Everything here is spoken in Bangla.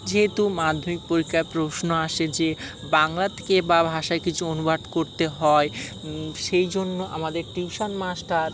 যেহেতু মাধ্যমিক পরীক্ষায় প্রশ্ন আসে যে বাংলা থেকে বা ভাষায় কিছু অনুবাদ করতে হয় সেই জন্য আমাদের টিউশন মাস্টার